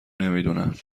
نمیدونند